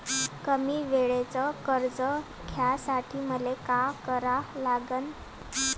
कमी वेळेचं कर्ज घ्यासाठी मले का करा लागन?